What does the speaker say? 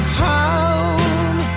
home